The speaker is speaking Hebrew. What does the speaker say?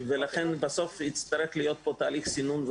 לכן צריך שבסוף יהיה פה תהליך סינון,